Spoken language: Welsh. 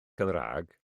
cymraeg